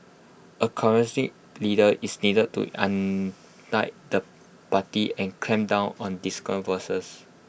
A leader is needed to unite the party and clamp down on discordant voices